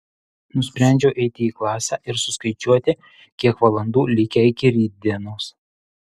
nusprendžiu eiti į klasę ir suskaičiuoti kiek valandų likę iki rytdienos